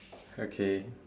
okay